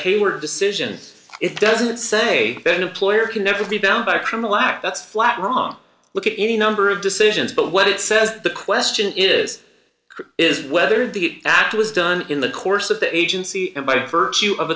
hayward decision it doesn't say that an employer can never be bound by a criminal act that's flat wrong look at any number of decisions but what it says the question is is whether the act was done in the course of the agency and by virtue of